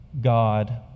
God